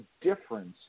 difference